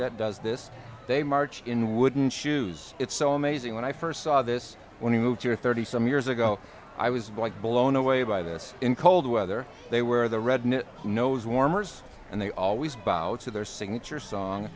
that does this they march in wooden shoes it's so amazing when i first saw this when he moved here thirty some years ago i was like blown away by this in cold weather they wear the red nose warmers and they always bow to their signature song